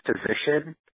position